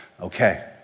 Okay